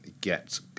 get